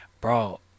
bro